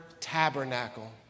tabernacle